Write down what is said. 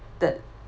the